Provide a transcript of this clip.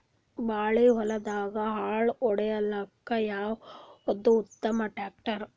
ಬಾಳಿ ಹೊಲದಾಗ ಗಳ್ಯಾ ಹೊಡಿಲಾಕ್ಕ ಯಾವದ ಉತ್ತಮ ಟ್ಯಾಕ್ಟರ್?